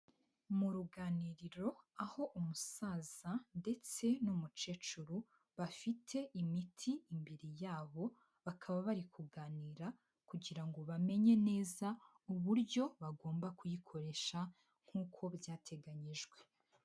Mu ruganiriro aho umusaza ndetse n'umukecuru bafite imiti imbere yabo bakaba bari kuganira kugira ngo bamenye neza uburyo bagomba kuyikoresha nk'uko byateganyijwe.